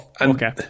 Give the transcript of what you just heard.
okay